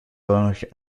durch